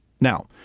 now